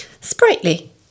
sprightly